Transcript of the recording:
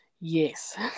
Yes